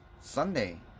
Sunday